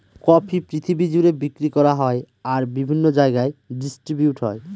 coffee পৃথিবী জুড়ে বিক্রি করা হয় আর বিভিন্ন জায়গায় ডিস্ট্রিবিউট হয়